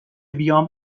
بیام